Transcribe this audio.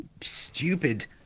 stupid